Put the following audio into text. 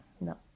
no